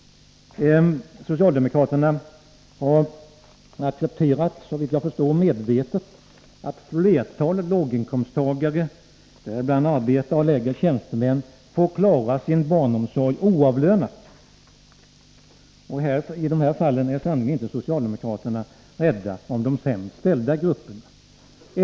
Socialdemokraterna har accepterat — såvitt jag förstår medvetet — att flertalet låginkomsttagare, däribland arbetare och lägre tjänstemän, får klara sin barnomsorg utan ersättning. I de här fallen är socialdemokraterna sannerligen inte rädda om de sämst ställda grupperna.